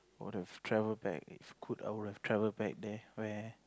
I'd have travel back if could I'd travel back there